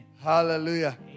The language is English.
Hallelujah